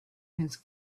has